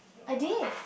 I did